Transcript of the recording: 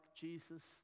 Jesus